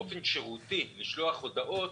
באופן שירותי לשלוח הודעות,